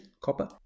copper